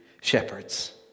shepherds